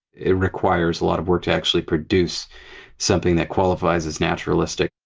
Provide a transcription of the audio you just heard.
it requires a lot of work to actually produce something that qualifies as naturalistic.